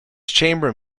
chamber